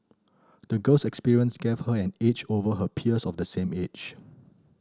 the girl's experience gave her an edge over her peers of the same age